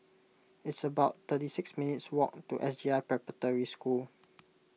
it's about thirty minutes' walk to S J I Preparatory School